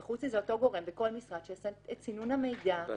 וחוץ מזה אותו גורם בכל משרד שיעשה את סינון המידע.